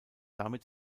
damit